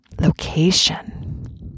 location